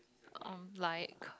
on like